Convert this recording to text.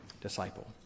disciple